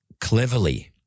cleverly